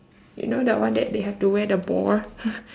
you know the one that they have to wear the ball